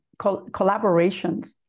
collaborations